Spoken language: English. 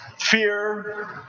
Fear